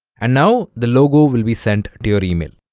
and now the logo will be sent to your email